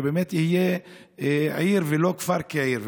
שבאמת יהיה עיר ולא כפר כעיר.